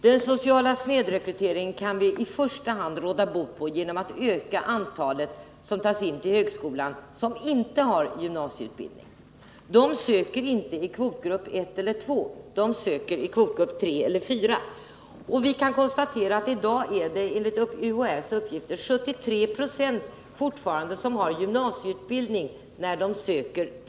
Herr talman! Till Eva Hjelmström: Den sociala snedrekryteringen kan vi i första hand råda bot på genom att öka antalet antagningar av sökande till högskoleutbildning som inte har gymnasieutbildning. De söker inte i kvotgrupp I eller II utan i kvotgrupp III eller IV. Av UHÄ:s uppgifter kan vi konstatera att 73 20 av de antagna utgörs av sökande som har gymnasieutbildning.